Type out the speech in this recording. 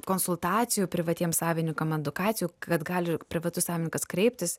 konsultacijų privatiem savininkam edukacijų kad gali privatus savininkas kreiptis